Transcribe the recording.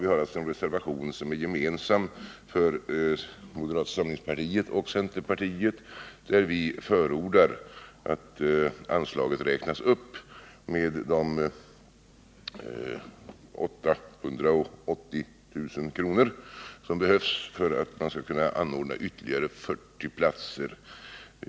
Vi har alltså en reservation som är gemensam för moderata samlingspartiet och centerpartiet, där vi förordar att anslaget räknas upp med de 880 000 kr. som behövs för att man skall kunna anordna ytterligare 40 platser.